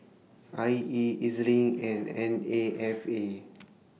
I E E Z LINK and N A F A